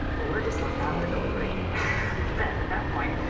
but we're just left out of the delivery then at that point.